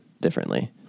differently